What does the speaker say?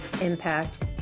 impact